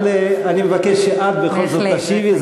אבל אני מבקש שאת בכל זאת תשיבי, בהחלט.